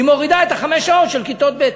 היא מורידה את חמש השעות של כיתות ב'.